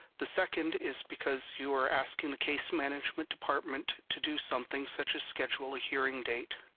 the second is because you are asking the case management department to do something, such as schedule a hearing date.